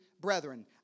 brethren